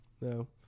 No